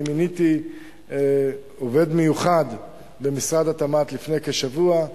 אני מיניתי עובד מיוחד במשרד התמ"ת לפני כשבוע,